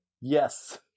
Yes